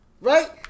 Right